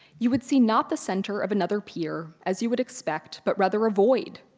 you would see not the center of another pier as you would expect, but rather a void.